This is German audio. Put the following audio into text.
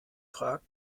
fragt